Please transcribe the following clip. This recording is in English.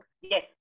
Yes